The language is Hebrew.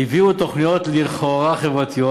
הביאו תוכניות לכאורה חברתיות,